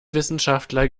wissenschaftler